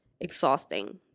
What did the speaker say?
exhausting